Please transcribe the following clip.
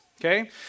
okay